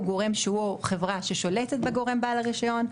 הוא גורם שהוא חברה ששולטת בגורם בעל הרישיון,